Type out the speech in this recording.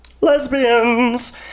Lesbians